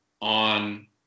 on